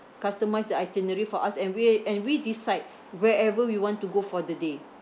customise the itinerary for us and we uh and we decide wherever we want to go for the day